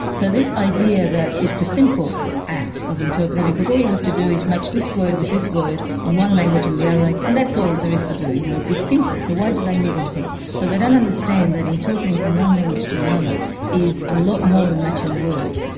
so this idea that it's a simple act of interpreting because all you have to do is match this word with this word in one language and another yeah like and that's all there is to do. you know, it's it's simple, so why do they need anything? so they don't understand that interpreting from one language to another is a lot more than matching words.